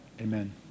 amen